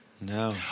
No